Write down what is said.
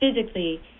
physically